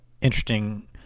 interesting